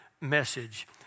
message